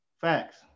Facts